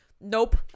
nope